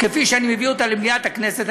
כפי שאני מביא אותה למליאת הכנסת,